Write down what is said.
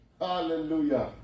Hallelujah